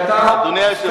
כי אתה, אתה הזמנת,